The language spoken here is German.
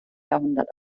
jahrhundert